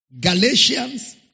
Galatians